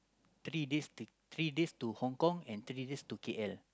three days to three days to Hong Kong and three days to K_L